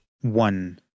one